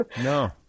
No